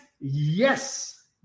Yes